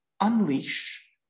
unleash